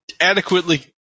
adequately